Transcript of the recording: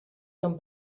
són